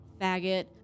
faggot